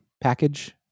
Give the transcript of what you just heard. package